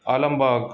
Alambagh